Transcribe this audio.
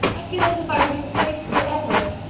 i feel as if i were disgraced forever.